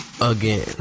Again